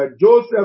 Joseph